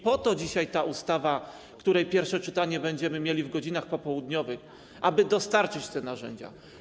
Po to dzisiaj jest ta ustawa, której pierwsze czytanie będziemy mieli w godzinach popołudniowych, aby dostarczyć te narzędzia.